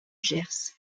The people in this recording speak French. gers